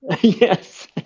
yes